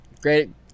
great